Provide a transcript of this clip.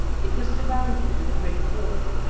it was surrounded with a brick wall,